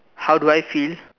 how do I feel